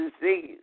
disease